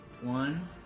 one